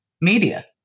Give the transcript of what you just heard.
media